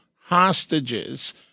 hostages